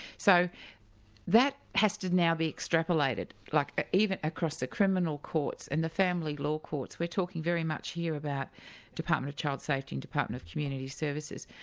so that has to now be extrapolated. like even across the criminal courts and the family law courts, we're talking very much here about department of child safety and department of community services.